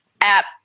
app